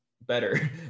better